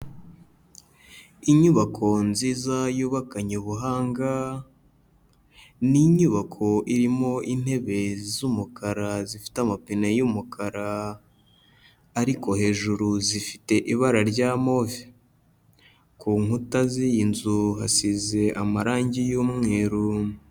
Inyubako nziza, yubakanye ubuhanga, ni inyubako irimo intebe z'umukara zifite amapine y'umukara, ariko hejuru zifite ibara rya move. Ku nkuta z'iyi nzu, hasize amarangi y'umweru.